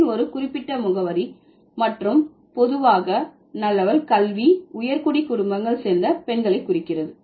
பெண் ஒரு குறிப்பிட்ட முகவரி மற்றும் பொதுவாக நல்ல கல்வி உயர்குடி குடும்பங்கள் சேர்ந்த பெண்கள் குறிக்கிறது